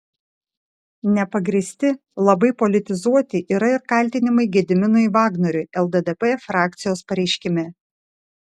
nepagrįsti labai politizuoti yra ir kaltinimai gediminui vagnoriui lddp frakcijos pareiškime